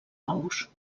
ous